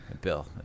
Bill